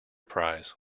prize